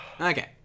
Okay